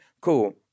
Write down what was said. cool